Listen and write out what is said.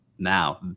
now